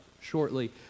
shortly